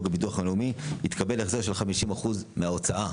הביטוח הלאומי יתקבל החזר של 50% מההוצאה.